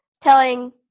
telling